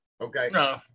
okay